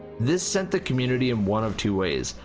this sent the community in one of two ways,